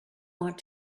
want